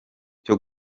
cyo